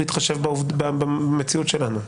בהתחשב במציאות שלנו.